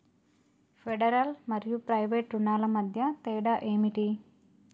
Federal మరియు private రుణాల మధ్య తేడా ఏమిటి?